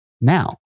now